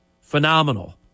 Phenomenal